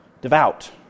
Devout